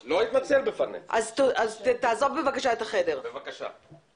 היא לא ראויה לכנסת ואני מבקשת שתתנצל.